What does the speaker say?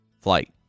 flight